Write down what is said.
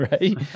right